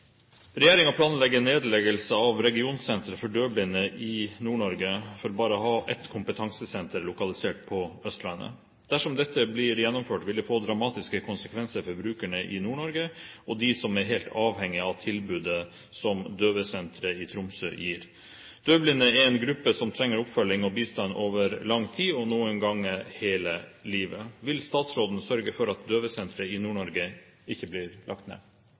planlegger nedleggelse av Regionsenteret for døvblinde i Nord-Norge for bare å ha ett kompetansesenter, lokalisert på Østlandet. Dersom dette blir gjennomført, vil det få dramatiske konsekvenser for brukerne i Nord-Norge og dem som er helt avhengig av tilbudet som døvblindesenteret i Tromsø gir. Døvblinde er en gruppe som trenger oppfølging og bistand over lang tid, og noen ganger hele livet. Vil statsråden sørge for at døvblindesenteret i Nord-Norge ikke blir lagt ned?»